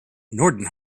norden